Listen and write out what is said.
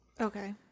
Okay